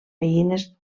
veïnes